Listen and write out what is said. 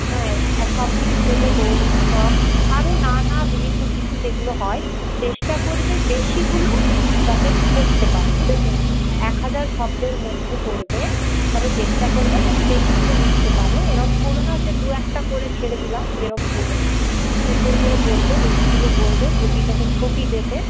হ্যাঁ সবকিছু দেবে দোল উৎসব আরও নানা বিভিন্ন কিছু যেগুলো হয় চেষ্টা করবে বেশিগুলো যাতে করতে পারো বুঝেছো এক হাজার শব্দের মধ্যে করবে তবে চেষ্টা করবে যেন বেশিগুলো লিখতে পারো এরম কোরো না যে দু একটা করে ছেড়ে দিলাম এরম কোরো না সুন্দর করে করবে বেশিগুলো করবে প্রতিটাতে ছবি দেবে